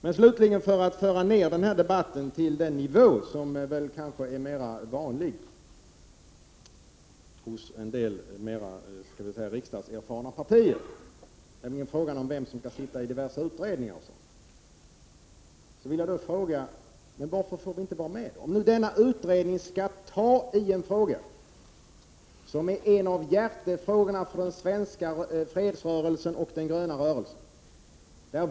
För att emellertid slutligen föra ner denna debatt till den nivå som kanske är vanligare hos en del mera riksdagserfarna partier vill jag ta upp frågan om vem som skall sitta i diverse utredningar. Varför får vi inte vara med? Denna utredning skall ta upp en fråga som är en av hjärtefrågorna för den svenska fredsrörelsen och den gröna rörelsen.